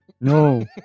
No